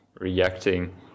reacting